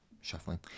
shuffling